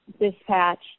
dispatch